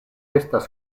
estas